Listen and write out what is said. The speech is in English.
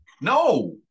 no